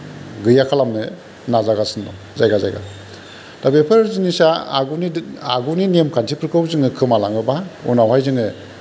गैया खालामनो नाजागासिनो दं जायगा जायगा दा बेफोर जिनिसा आगुनि आगुनि नेम खान्थिफोरखौ जोङो खोमालाङोबा उनावहाय जोङो